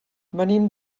venim